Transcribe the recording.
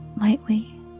Lightly